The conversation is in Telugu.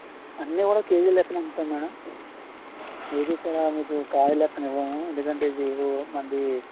అన్నీ కూడా కేజీ లెక్కనే అమ్ముతాము మేడం ఏది కూడా మీకు కాయలెక్కన ఇవ్వము ఎందుకంటే ఇది మంది